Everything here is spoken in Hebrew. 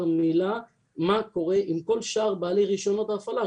מילה מה קורה עם כל שאר בעלי רישיונות ההפעלה,